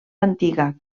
antiga